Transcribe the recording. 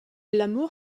l’amour